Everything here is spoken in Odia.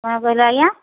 କ'ଣ କହିଲେ ଆଜ୍ଞା